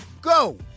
go